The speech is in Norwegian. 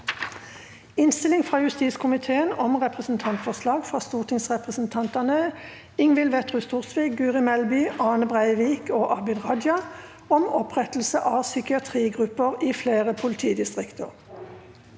Innstilling fra justiskomiteen om Representantfor- slag fra stortingsrepresentantene Ingvild Wetrhus Thors- vik, Guri Melby, Ane Breivik og Abid Raja om opprettelse av psykiatrigrupper i flere politidistrikter